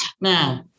Now